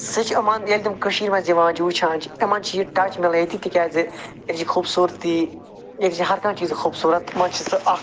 سُہ چھِ یِمن ییٚلہِ تِم کٔشیٖرِ منٛز یِوان چھِ وٕچھان چھِ یِمن چھِ یہِ ٹچ مِلان ییٚتہِ تِکیٛازِ ییٚتِچ خوٗبصوٗرتی ییٚتِچ ہر کانٛہہ چیٖز خوٗبصوٗرت اکھ